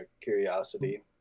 curiosity